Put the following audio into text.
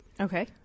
Okay